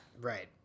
Right